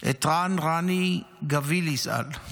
את רן רני גוילי, ז"ל,